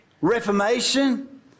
reformation